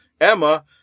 Emma